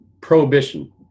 Prohibition